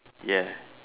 ya